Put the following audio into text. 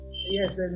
Yes